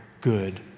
good